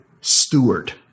steward